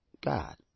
God